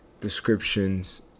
descriptions